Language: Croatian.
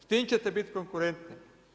S tim ćete biti konkurentni.